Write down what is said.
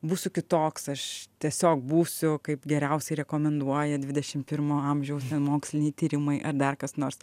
būsiu kitoks aš tiesiog būsiu kaip geriausiai rekomenduoja dvidešimt pirmo amžiaus ten moksliniai tyrimai ar dar kas nors